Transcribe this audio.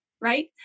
Right